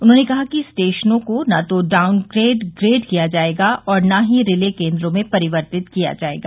उन्होंने कहा कि स्टेशनों को न तो डाउनग्रेड ग्रेड किया जाएगा और न ही रिले केंद्रों में परिवर्तित किया जाएगा